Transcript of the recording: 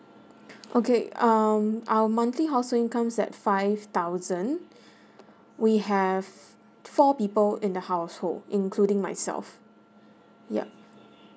okay um our monthly household income's at five thousand we have four people in the household including myself ya